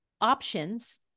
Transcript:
options